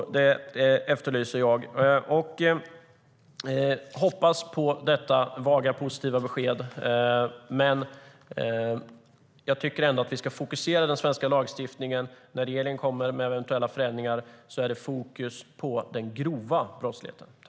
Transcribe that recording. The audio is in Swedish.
Jag hoppas på detta vaga positiva besked. Men jag tycker ändå att den svenska lagstiftningen ska fokuseras, så att det när regeringen kommer med eventuella förändringar är fokus på den grova